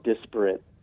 disparate